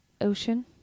Ocean